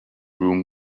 room